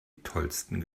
tollsten